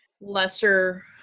lesser